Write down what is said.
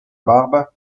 barbe